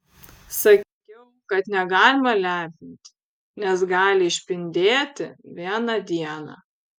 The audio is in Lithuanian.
sakiau kad negalima lepinti nes gali išpindėti vieną dieną